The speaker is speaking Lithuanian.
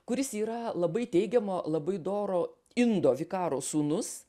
kuris yra labai teigiamo labai doro indo vikaro sūnus